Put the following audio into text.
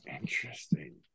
interesting